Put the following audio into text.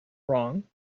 wrong